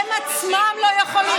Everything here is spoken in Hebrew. את מטעה.